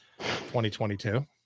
2022